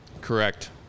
Correct